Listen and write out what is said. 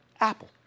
Apple